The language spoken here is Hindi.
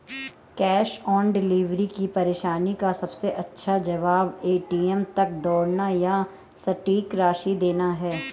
कैश ऑन डिलीवरी की परेशानी का सबसे अच्छा जवाब, ए.टी.एम तक दौड़ना या सटीक राशि देना है